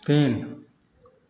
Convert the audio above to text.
तीन